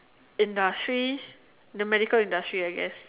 industry the medical industry I guess